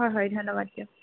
হয় হয় ধন্যবাদ দিয়ক